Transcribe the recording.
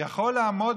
יכול לעמוד